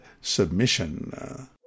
submission